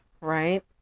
right